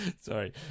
Sorry